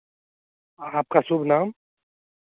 आपका शुभ नाम